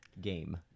game